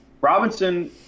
Robinson